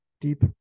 deep